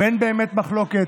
ואין באמת מחלוקת,